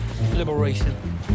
liberation